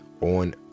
On